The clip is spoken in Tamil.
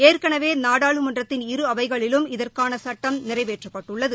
ஏற்கனவே நாடாளுமன்றத்தின் இரு அவைகளிலும் இதற்கான சட்டம் நிறைவேற்றப்பட்டுள்ளது